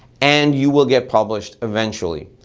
and you will get published eventually.